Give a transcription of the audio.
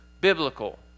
biblical